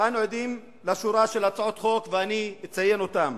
אנו עדים לשורה של הצעות חוק, ואני אציין אותן.